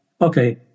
okay